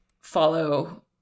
follow